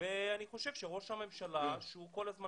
ואני חשוב שראש הממשלה, שהוא כל הזמן